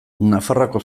nafarroako